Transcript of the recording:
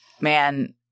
Man